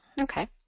Okay